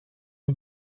این